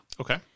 Okay